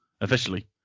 officially